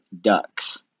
ducks